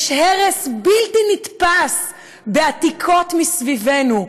יש הרס בלתי נתפס בעתיקות מסביבנו,